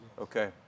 Okay